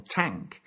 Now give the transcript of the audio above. tank